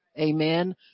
Amen